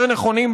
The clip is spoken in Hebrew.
יותר נכונים,